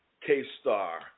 K-Star